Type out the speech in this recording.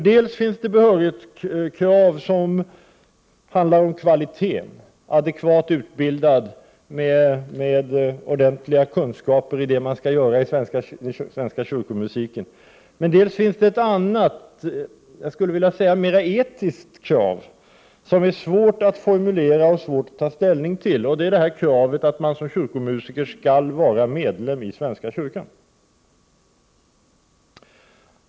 Det finns dels behörighetskrav som handlar om kvalitet, att man är adekvat utbildad med ordentliga kunskaper om vad man skall göra inom den svenska kyrkomusiken, dels finns det ett mera etiskt krav som är svårt att formulera och svårt att ta ställning till. Det gäller kravet att man som kyrkomusiker skall vara medlem i svenska kyrkan.